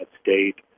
state